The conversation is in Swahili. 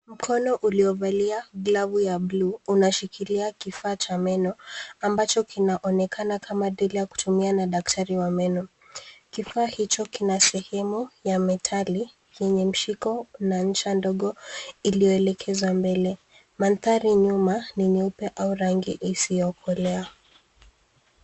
Mkono uliovalia glovu ya bluu unashikilia kifaa cha meno ambacho kinaonekana kama deli ya kutumia na daktari wa meno. Kifaa hicho kina sehemu ya metali yenye mshiko na ncha ndogo iliyoelekezwa mbele. Mandhari nyuma ni nyeupe au rangi isiyokolea.